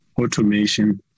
automation